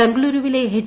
ബംഗളൂരൂവിലെ H